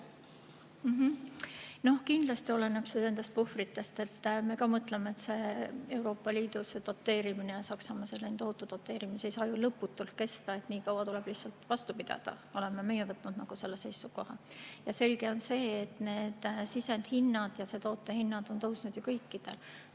Kindlasti oleneb see nendest puhvritest. Me ka mõtleme, et see Euroopa Liidu doteerimine ja Saksamaa tohutu doteerimine ei saa ju lõputult kesta. Nii kaua tuleb lihtsalt vastu pidada, oleme meie võtnud seisukoha. Ja selge on see, et sisendihinnad ja toodete hinnad on tõusnud ju kõikidel.